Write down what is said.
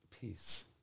peace